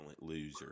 loser